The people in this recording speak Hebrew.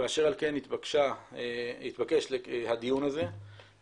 אשר על כן התבקש הדיון הזה ואושר,